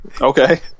okay